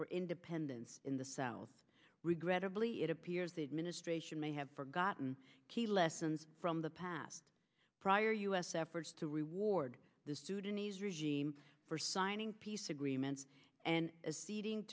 for independence in the south regrettably it appears the administration may have forgotten key lessons from the past prior u s efforts to reward the sudanese regime for signing peace agreements and as ceding